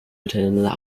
miteinander